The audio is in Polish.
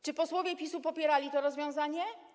Czy posłowie PiS-u popierali to rozwiązanie?